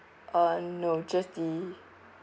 uh no just the